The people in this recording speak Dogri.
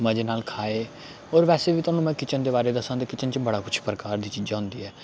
मजे नाल खाए होर वैसे बी थुहानूं में किचन दे बारे च दस्सां ते किचन च बड़ा कुछ प्रकार दी चीजां होंदी ऐ